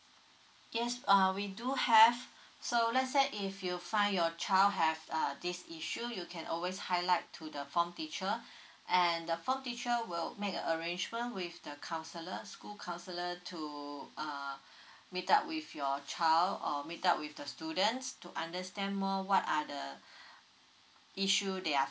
yes uh we do have so let's say if you find your child have uh this issue you can always highlight to the form teacher and the form teacher will make an arrangement with the counsellor school counsellor to uh meet up with your child or meet up with the student to understand more what are the issues they are